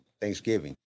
Thanksgiving